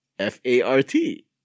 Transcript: F-A-R-T